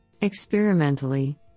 Experimentally